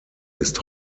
ist